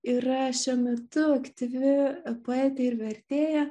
yra šiuo metu aktyvi poetė ir vertėja